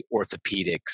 orthopedics